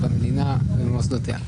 במדינה ובמוסדותיה.